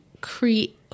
create